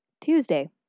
Tuesday